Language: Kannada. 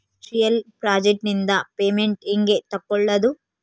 ಸೋಶಿಯಲ್ ಪ್ರಾಜೆಕ್ಟ್ ನಿಂದ ಪೇಮೆಂಟ್ ಹೆಂಗೆ ತಕ್ಕೊಳ್ಳದು?